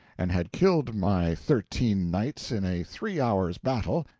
and had killed my thirteen knights in a three hours' battle,